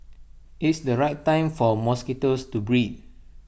it's the right time for mosquitoes to breed